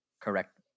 correct